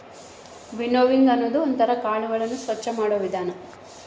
winnowing ಅನ್ನೋದು ಒಂದ್ ತರ ಕಾಳುಗಳನ್ನು ಸ್ವಚ್ಚ ಮಾಡೋ ವಿಧಾನ